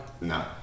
No